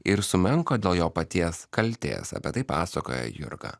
ir sumenko dėl jo paties kaltės apie tai pasakoja jurga